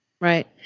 Right